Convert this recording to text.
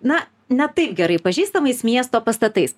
na ne taip gerai pažįstamais miesto pastatais